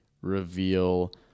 reveal